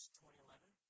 2011